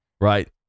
Right